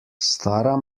stara